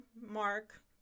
Mark